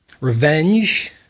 Revenge